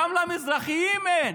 גם למזרחים אין.